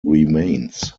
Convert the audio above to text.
remains